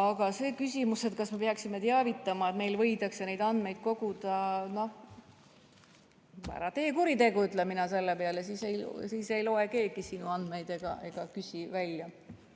Aga see küsimus, kas me peaksime teavitama, et meil võidakse neid andmeid koguda – ära tee kuritegu, ütlen mina selle peale, siis ei loe keegi sinu andmeid ega küsi neid